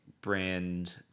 brand